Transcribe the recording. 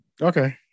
Okay